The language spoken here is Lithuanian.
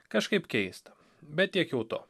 kažkaip keista bet tiek jau to